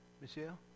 Michelle